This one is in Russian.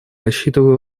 рассчитываю